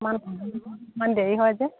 দেৰি হয় যে